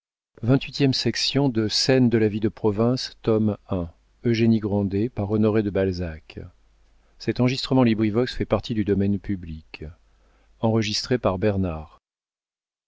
de scènes de la vie de province tome i author honoré de balzac